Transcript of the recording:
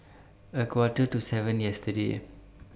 A Quarter to seven yesterday